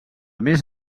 més